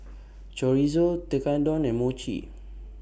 Chorizo Tekkadon and Mochi